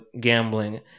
gambling